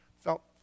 felt